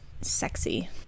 sexy